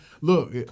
look